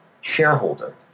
shareholder